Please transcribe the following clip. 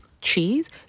cheese